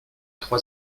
trois